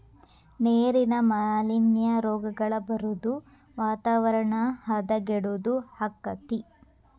ನೇರಿನ ಮಾಲಿನ್ಯಾ, ರೋಗಗಳ ಬರುದು ವಾತಾವರಣ ಹದಗೆಡುದು ಅಕ್ಕತಿ